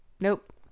Nope